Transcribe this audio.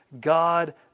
God